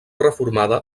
reformada